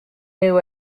new